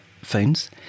phones